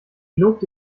lobte